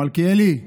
מלכיאלי?